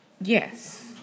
Yes